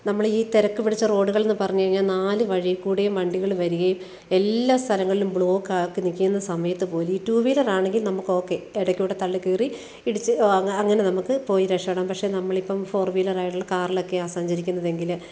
നമ്മളീ തിരക്ക് പിടിച്ച റോഡുകളെന്ന് പറഞ്ഞ് കഴിഞ്ഞാൽ നാല് വഴി കൂടേം വണ്ടികൾ വരികേം എല്ലാ സ്ഥലങ്ങളിലും ബ്ലോക്കാക്കി നിൽക്കുന്ന സമയത്ത് പോലീ ടു വിലറാണെങ്കിൽ നമുക്കൊക്കെ ഇടേൽ കൂടെ തള്ളി കയറി ഇടിച്ച് അങ്ങനെ നമുക്ക് പോയി രക്ഷപ്പെടാം പക്ഷേ നമ്മളിപ്പം ഫോർ വീലറായിട്ടുള്ള കാറിലൊക്കെയാണ് സഞ്ചരിക്കുന്നതെങ്കിൽ